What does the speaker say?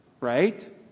Right